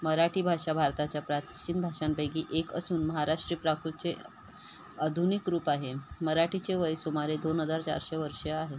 मराठी भाषा भारताच्या प्राचीन भाषांपैकी एक असून महाराष्ट्रीय प्राकृतचे आधुनिक रूप आहे मराठीचे वयसुमारे दोन हजार चारशे वर्षे आहेत